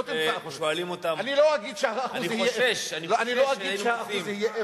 אני חושש שהיינו,